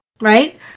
right